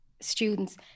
students